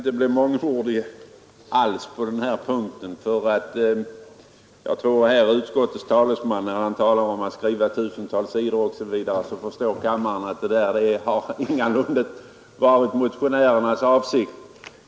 Herr talman! Jag skall inte bli mångordig på denna punkt. Kammarens ledamöter förstår säkert att motionärerna inte begär att regeringen skall skriva ”tusentals sidor”.